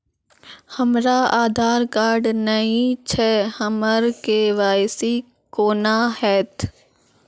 हमरा आधार कार्ड नई छै हमर के.वाई.सी कोना हैत?